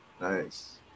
Nice